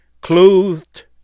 clothed